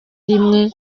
rimwe